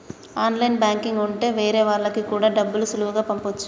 online banking ఉంటె వేరే వాళ్ళకి కూడా డబ్బులు సులువుగా పంపచ్చు